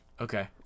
Okay